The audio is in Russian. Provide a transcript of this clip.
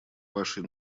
вашей